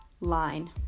line